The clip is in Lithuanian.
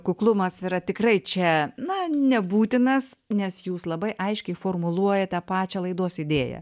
kuklumas yra tikrai čia na nebūtinas nes jūs labai aiškiai formuluojate pačią laidos idėją